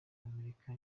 amerika